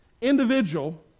individual